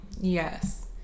Yes